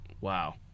wow